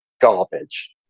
garbage